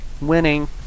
winning